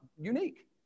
unique